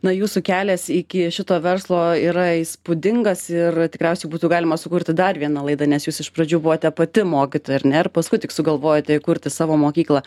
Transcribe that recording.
na jūsų kelias iki šito verslo yra įspūdingas ir tikriausiai būtų galima sukurti dar vieną laidą nes jūs iš pradžių buvote pati mokytoja ar ne ir paskui tik sugalvojote įkurti savo mokyklą